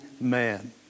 man